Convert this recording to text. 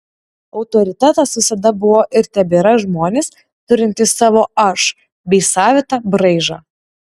autoritetas visada buvo ir tebėra žmonės turintys savo aš bei savitą braižą